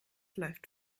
läuft